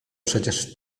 przecież